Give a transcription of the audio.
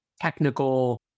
technical